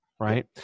right